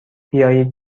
بیایید